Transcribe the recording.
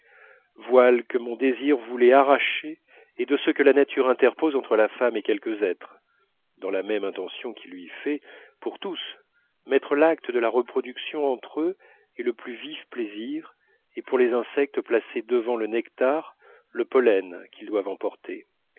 voile que mon désir voulait arracher et de ceux que la nature interpose entre la femme et quelques êtres dans la même intention qui lui fait pour tous mettre l'acte de la reproduction entre eux et le plus vif plaisir et pour les insectes placer devant le nectar le pollen qu'ils doivent emporter